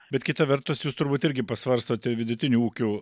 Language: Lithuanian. bet kita vertus jūs turbūt irgi pasvarstote vidutinių ūkių